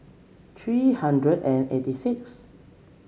three hundred and eighty sixth